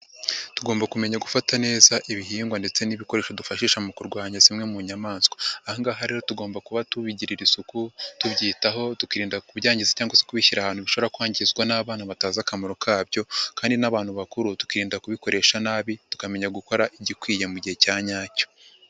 Tugomba kumenya gufata neza ibihingwa ndetse n'ibikoresho dufashisha mu kurwanya zimwe mu nyamaswa, aha ngaha rero tugomba kuba tubigirira isuku tubyitaho tukirinda kubyangiza cyangwa se kubishyira ahantu bishobora kwangizwa n'abana batazi akamaro kabyo kandi n'abantu bakuru tukirinda kubikoresha nabi, tukamenya gukora igikwiye mu gihe cya nyacyo.